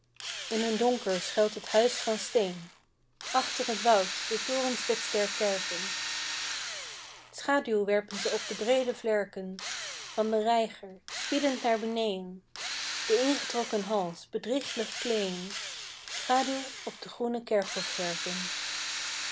in hun donker schuilt het huis van steen achter t woud de torenspits der kerken schaduw werpen ze op de breede vlerken van den reiger spiedend naar beneên de ingetrokken hals bedrieglijk kleen schaduw op de groene kerkhofzerken